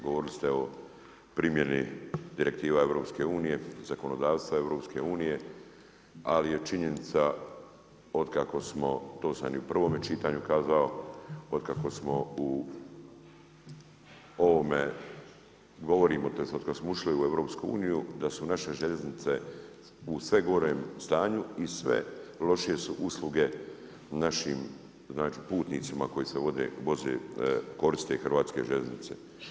Govorili ste o primjeni direktiva EU-a, zakonodavstva EU-a, ali je činjenica otkako smo, to sam i u prvom čitanju kazao, otkako smo u ovome, govorim otkad smo ušli u EU, da su naše željeznice u sve gorem stanju i sve lošije su usluge našim putnicima koji se voze, koriste hrvatske željeznice.